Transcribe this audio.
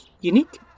unique